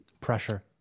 pressure